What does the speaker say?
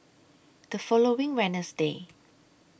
The following Wednesday